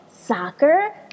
soccer